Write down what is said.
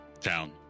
town